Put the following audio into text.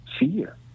fear